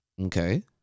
okay